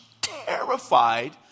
terrified